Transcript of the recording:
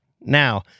Now